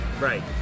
Right